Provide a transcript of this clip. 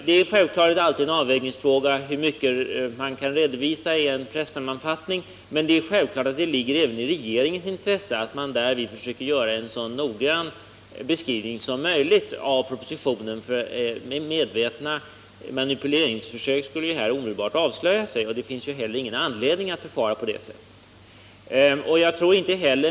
Det är självklart alltid en avvägningsfråga hur mycket man kan redovisa i en pressammanfattning, men det är självklart att det ligger även i regeringens intresse att däri försöka göra en så noggrann beskrivning som möjligt av propositionen. Medvetna manipuleringsförsök skulle ju omedelbart avslöja sig, och det finns heller ingen anledning att förfara på det sätttet.